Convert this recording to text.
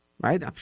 right